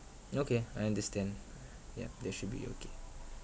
okay I understand yup that should be okay